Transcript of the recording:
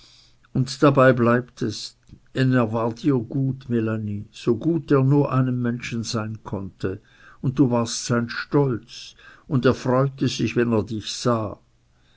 und dabei bleibt es denn er war dir sehr gut melanie so gut er nur einem menschen sein konnte und du warst sein stolz und er freute sich wenn er dich sah